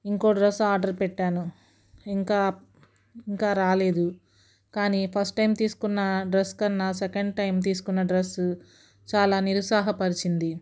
ఇంకో dress order పెట్టాను ఇంకా ఇంకా రాలేదు కానీ ఫస్ట్ టైం తీసుకున్న డ్రెస్ కన్నా సెకండ్ టైం తీసుకున్న డ్రస్సు చాలా నిరుత్సాహపరిచింది